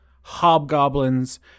hobgoblins